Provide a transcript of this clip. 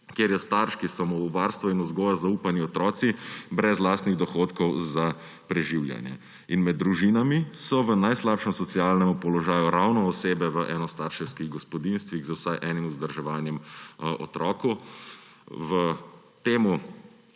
kjer je starš, ki so mu v varstvo in vzgojo zaupani otroci, brez lastnih dohodkov za preživljanje. Med družinami so v najslabšem socialnemu položaju ravno osebe v enostarševskih gospodinjstvih z vsaj enim vzdrževanim otrokom. V tej